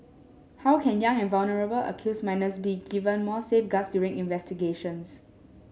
how can young and vulnerable accused minors be given more safeguards during investigations